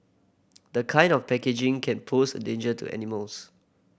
the kind of packaging can pose a danger to animals